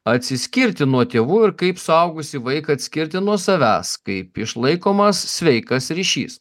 atsiskirti nuo tėvų ir kaip suaugusį vaiką atskirti nuo savęs kaip išlaikomas sveikas ryšys